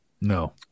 No